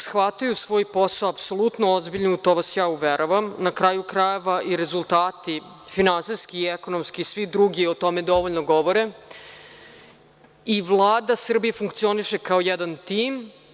Shvataju svoj posao apsolutno ozbiljno, u to vas ja uveravam, na kraju krajeva i rezultati, finansijski i ekonomski i svi drugi o tome dovoljno govore i Vlada Srbije funkcioniše kao jedan tim.